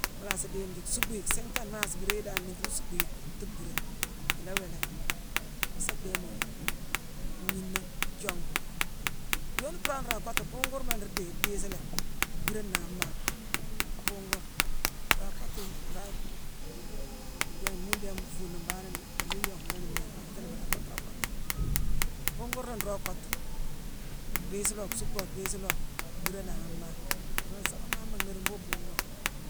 Mu nanghsi dééme jii, suuckbu yi siinghtane, mu nanghsi biira yi dan an mmiitima, mu suuckbu yi, thuu bhiré. Ala wéélé, mu sa dhééye muu ngniina jongu. Yooni puropi, nra kottu-bhuugu wuurma la nruu déye, dhiisilé, bhiirane nangha mmaa. Bhuugu wuur. Naa kottu mbangh-gu-gu-bhéé-muu-déé-yame nfuuni mbanghane nnéé-yama iyonguni-ngnéégh gnéékatini buudangh, muune nraa kottu. Buungu wuur la nroog nruu kottu. Dhiisilo, suuckbo, dhiisilo, bhiirane nangha an maah, idiimo nsaama nnhéérine, mbhuughune buugu wuur.